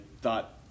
thought